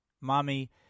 Mommy